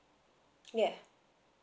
yeah